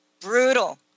brutal